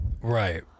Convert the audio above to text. right